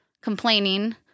complaining